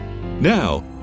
Now